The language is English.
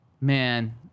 Man